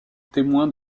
témoin